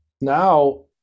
Now